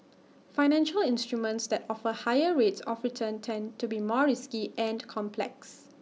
financial instruments that offer higher rates of return tend to be more risky and complex